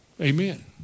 Amen